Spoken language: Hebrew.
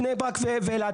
בני ברק ואלעד,